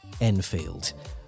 Enfield